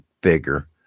bigger